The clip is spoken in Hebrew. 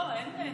לא, אין צורך.